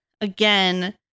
again